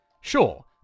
Sure